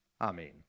Amen